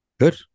Good